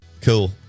Cool